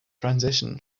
transition